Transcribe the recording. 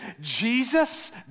Jesus